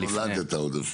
לא,